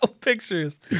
pictures